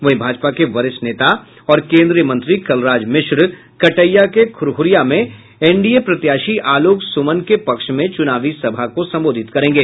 वहीं भाजपा के वरिष्ठ नेता और केंद्रीय मंत्री कलराज मिश्र कटैया के खुरहुरिया में एनडीए प्रत्याशी आलोक सुमन के पक्ष में चुनावी सभा को संबोधित करेंगे